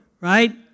right